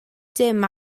dim